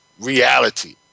reality